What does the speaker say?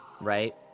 right